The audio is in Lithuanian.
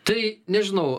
tai nežinau